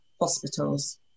hospitals